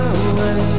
away